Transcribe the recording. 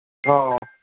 ꯑꯥ